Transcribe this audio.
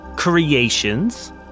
Creations